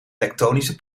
tektonische